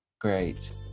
Great